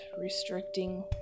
restricting